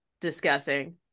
discussing